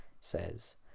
says